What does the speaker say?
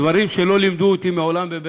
דברים שלא לימדו אותי מעולם בבית-הספר,